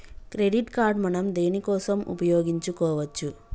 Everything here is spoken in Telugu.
క్రెడిట్ కార్డ్ మనం దేనికోసం ఉపయోగించుకోవచ్చు?